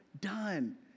done